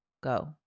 Go